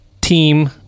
team